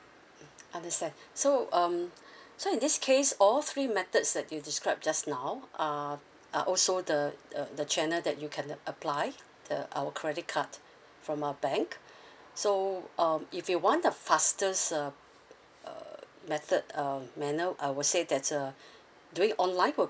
understand so um so in this case all three methods that you described just now are are also the the channel that you can apply the our credit card from our bank so um if you want the fastest uh uh method um may I know I would say that uh do it online